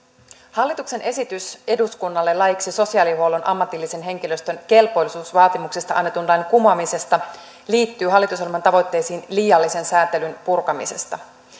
hallituksen esitys eduskunnalle laiksi sosiaalihuollon ammatillisen henkilöstön kelpoisuusvaatimuksista annetun lain kumoamisesta liittyy hallitusohjelman tavoitteisiin liiallisen säätelyn purkamisesta